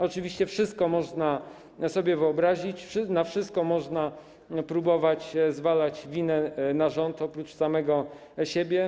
Ale oczywiście wszystko można sobie wyobrazić, za wszystko można próbować zwalać winę na rząd, a nie na samego siebie.